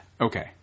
Okay